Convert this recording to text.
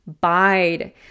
Bide